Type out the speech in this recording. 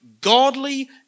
Godly